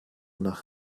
nach